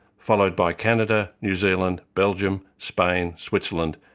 followed by canada, new zealand, belgium, spain, switzerland,